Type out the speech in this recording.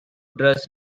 dress